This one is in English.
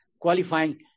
qualifying